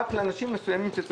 רק לאנשים מסוימים.